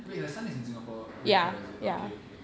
wait her son is in singapore with her is it okay okay